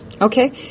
Okay